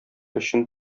өчен